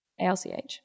alch